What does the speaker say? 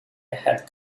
had